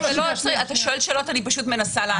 אתה שואל שאלות ואני מנסה לענות.